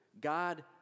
God